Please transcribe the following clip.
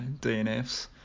DNFs